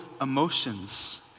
emotions